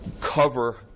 cover